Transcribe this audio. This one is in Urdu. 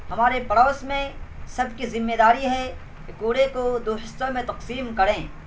ہمارے پڑوس میں سب کی ذمہ داری ہے کہ کوڑے کو دو حصوں میں تقسیم کریں